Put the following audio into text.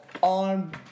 on